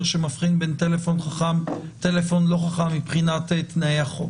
שמבחין בין טלפון חכם לטלפון לא חכם מבחינת תנאי החוק.